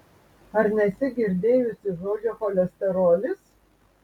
ar nesi girdėjusi žodžio cholesterolis